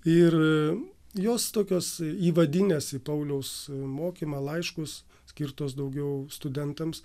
ir jos tokios įvadinės pauliaus mokymą laiškus skirtos daugiau studentams